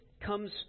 comes